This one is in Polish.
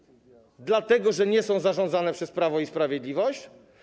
Czy dlatego, że nie są zarządzane przez Prawo i Sprawiedliwość?